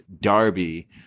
Darby